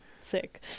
sick